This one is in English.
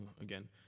Again